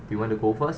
do you want to go first